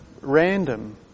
random